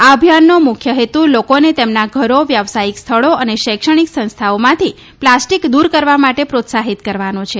આ અભિયાનનો મુખ્ય હેતુ લોકોને તેમના ઘરો વ્યાવસાયિક સ્થળો અને શૈક્ષણિક સંસ્થાઓમાંથી પ્લાસ્ટિક દ્રર કરવા માટે પ્રોત્સાહિત કરવાનો છે